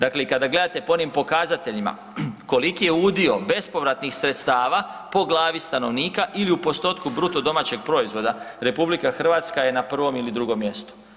Dakle, i kada gledate po onim pokazateljima koliki je udio bespovratnih sredstava po glavi stanovnika ili u postotku BDP-a RH je na prvom ili drugom mjestu.